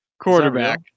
quarterback